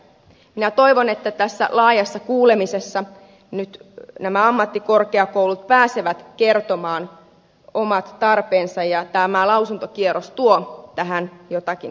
minä toivon että tässä laajassa kuulemisessa nyt nämä ammattikorkeakoulut pääsevät kertomaan omat tarpeensa ja tämä lausuntokierros tuo tähän jotakin valoa